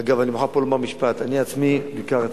אגב, אני מוכרח לומר משפט: אני עצמי ביקרתי,